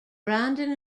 brandon